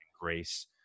grace